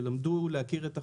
שלמדו להכיר את החוק,